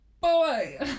boy